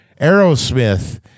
Aerosmith